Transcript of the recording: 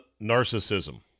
narcissism